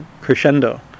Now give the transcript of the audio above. crescendo